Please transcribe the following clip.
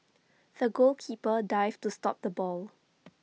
the goalkeeper dived to stop the ball